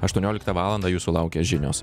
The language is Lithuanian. aštuonioliktą valandą jūsų laukia žinios